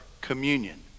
Communion